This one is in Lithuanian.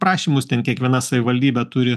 prašymus ten kiekviena savivaldybė turi